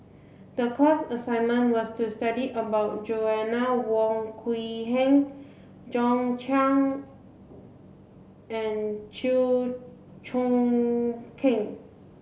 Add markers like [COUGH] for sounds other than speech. the class assignment was to study about Joanna Wong Quee Heng John [UNINTELLIGIBLE] and Chew Choo Keng